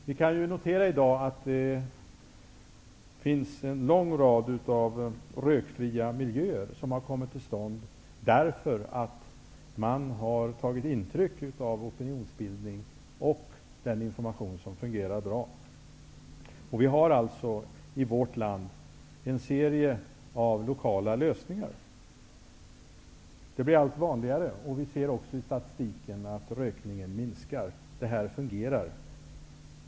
Vi kan i dag notera att det finns en lång rad rökfria miljöer som har kommit till stånd därför att man har tagit intryck av opinionsbildning och den information som fungerar bra. Vi har alltså i vårt land en serie av lokala lösningar. Det blir allt vanligare. Vi ser också i statistiken att rökningen minskar -- det här fungerar.